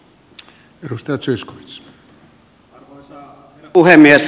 arvoisa herra puhemies